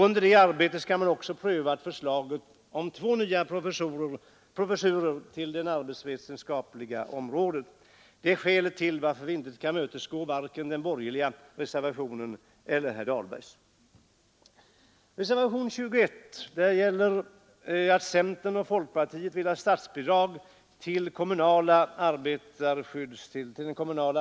Under det arbetet skall man också pröva förslaget om två nya professurer på det arbetsvetenskapliga området. Det är skälet till att vi inte kan tillmötesgå vare sig den borgerliga reservationen eller herr Dahlbergs. I reservationen 21 yrkar centern och folkpartiet på statsbidrag för den kommunala arbetarskyddstillsynen.